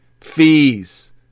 Fees